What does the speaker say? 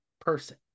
person